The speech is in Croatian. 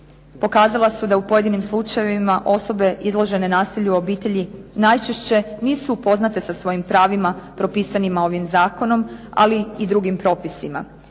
pokazala su da u pojedinim slučajevima osobe izložene nasilju u obitelji najčešće nisu upoznate sa svojim pravima propisanima ovim zakonom ali i drugim propisima.